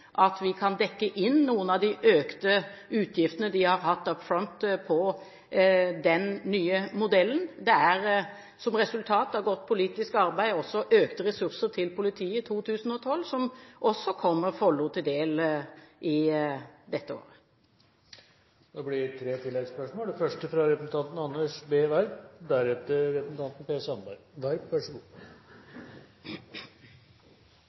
at vi kan dekke inn noen av de økte utgiftene de har hatt «up front» i den nye modellen. Det er, som resultat av godt politisk arbeid, også økte ressurser til politiet i 2012, noe som også kommer Follo til del i år. Det blir tre oppfølgingsspørsmål – først representanten Anders B. Werp.